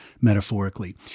metaphorically